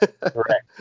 Correct